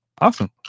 Awesome